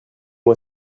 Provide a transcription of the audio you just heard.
moi